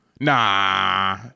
Nah